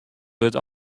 wurdt